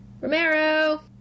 Romero